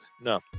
No